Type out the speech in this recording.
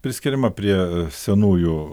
priskiriama prie senųjų